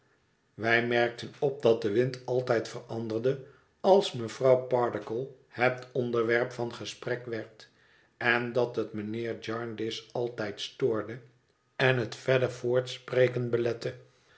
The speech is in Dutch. wij merkten op dat de wind altijd veranderde als mevrouw pardiggle het onderwerp van gesprek werd en dat het mijnheer jarndyce altijd stoorde en het verder voortspreken belette